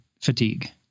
fatigue